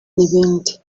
n’ibindi